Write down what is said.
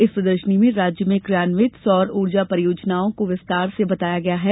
इस प्रदर्शनी में राज्य में कियान्वित सौर ऊर्जा परियोजनाओं को विस्तार से बताया गया है